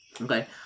Okay